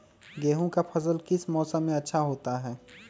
गेंहू का फसल किस मौसम में अच्छा होता है?